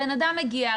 הבן אדם מגיע,